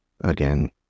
again